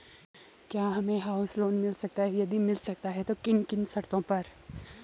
क्या हमें house loan मिल सकता है यदि मिल सकता है तो किन किन शर्तों पर?